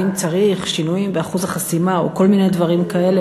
האם צריך שינויים באחוז החסימה או כל מיני דברים כאלה,